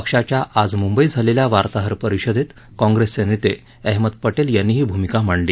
पक्षाच्या आज मुंबईत झालेल्या वार्ताहर परिषदेत काँग्रेसचे नेते अहमद पटेल यांनी ही भूमिका मांडली